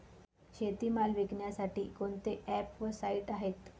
शेतीमाल विकण्यासाठी कोणते ॲप व साईट आहेत?